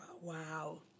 Wow